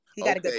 Okay